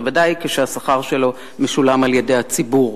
בוודאי כשהשכר שלו משולם על-ידי הציבור.